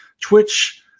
Twitch